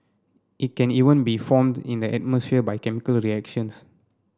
it can even be formed in the atmosphere by chemical reactions